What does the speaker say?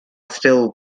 still